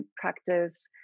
practice